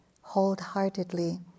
wholeheartedly